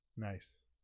nice